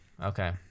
okay